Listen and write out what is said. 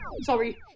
Sorry